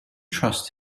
trust